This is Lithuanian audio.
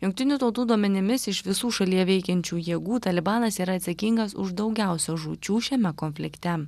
jungtinių tautų duomenimis iš visų šalyje veikiančių jėgų talibanas yra atsakingas už daugiausia žūčių šiame konflikte